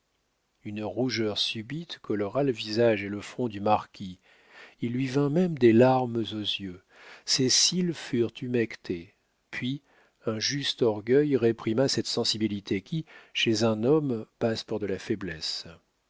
une rougeur subite colora le visage et le front du marquis il lui vint même des larmes aux yeux ses cils furent humectés puis un juste orgueil réprima cette sensibilité qui chez un homme passe pour de la faiblesse